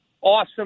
awesome